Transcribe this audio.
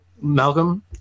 Malcolm